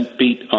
beat